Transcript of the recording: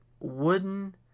wooden